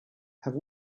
have